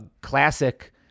classic